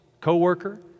Co-worker